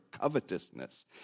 covetousness